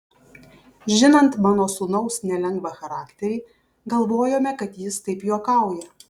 žinant mano sūnaus nelengvą charakterį galvojome kad jis taip juokauja